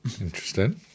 Interesting